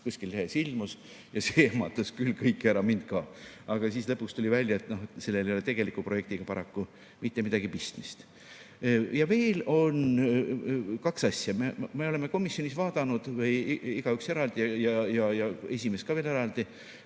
Kuskil lehes [see] ilmus, ja see ehmatas küll kõiki ära, mind ka. Aga lõpuks tuli välja, et sellel ei ole tegeliku projektiga paraku mitte mingit pistmist. Ja veel kaks asja. Me oleme komisjonis vaadanud, igaüks eraldi ja esimees veel ka eraldi,